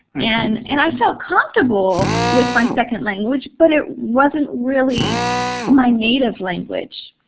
and and i felt comfortable with my second language, but it wasn't really my native language.